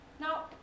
Now